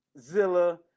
Zilla